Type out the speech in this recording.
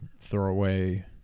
throwaway